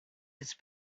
its